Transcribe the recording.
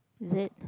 is it